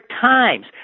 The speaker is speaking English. Times